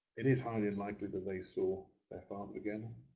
it is highly unlikely that they saw their father again.